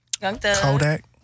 Kodak